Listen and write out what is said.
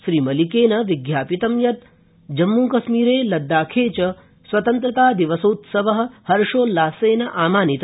श्रीमलिकेन विज्ञापितं यत् जम्मूकश्मीर लद्दाखे च स्वतन्त्रतादिवसोत्सव हर्षोल्लासेन आमानित